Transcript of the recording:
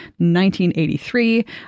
1983